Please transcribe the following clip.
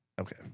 Okay